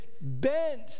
bent